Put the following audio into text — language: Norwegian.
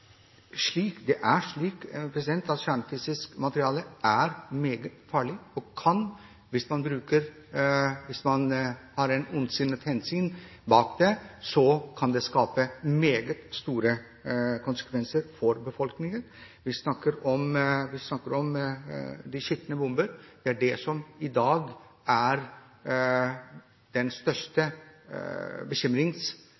slik at kjernefysisk materiale er meget farlig og kan, hvis man har en ondsinnet hensikt, få meget store konsekvenser for befolkningen. Vi snakker om de skitne bomber. Det er det som i dag er